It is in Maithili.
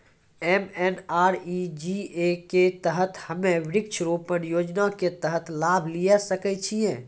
एम.एन.आर.ई.जी.ए के तहत हम्मय वृक्ष रोपण योजना के तहत लाभ लिये सकय छियै?